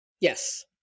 Yes